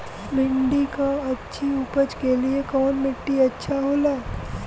भिंडी की अच्छी उपज के लिए कवन मिट्टी अच्छा होला?